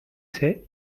c’est